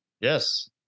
Yes